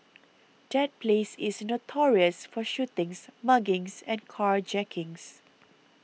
that place is notorious for shootings muggings and carjackings